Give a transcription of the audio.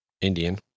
Indian